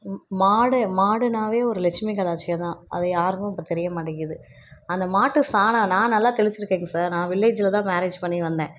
மாடு மாடுனாவே ஒரு லெட்சுமி கடாச்சியம்தான் அது யாருக்கும் இப்போ தெரிய மாட்டேங்குது அந்த மாட்டு சாணம்னா நல்லா தெளிச்சுக்கோங் சார் வில்லேஜில் தான் மேரேஞ்ஜ் பண்ணி வந்தேன்